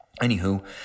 anywho